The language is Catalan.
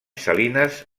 salines